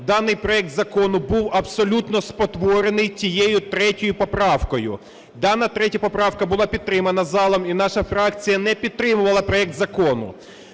даний проект закону був абсолютно спотворений тією 3 поправкою. Дана 3 поправка була підтримана залом і наша фракція не підтримувала проект закону.